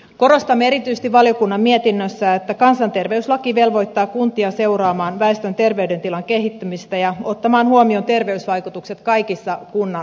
korostamme erityisesti valiokunnan mietinnössä että kansanterveyslaki velvoittaa kuntia seuraamaan väestön terveydentilan kehittymistä ja ottamaan huomioon terveysvaikutukset kaikissa kunnan päätöksissä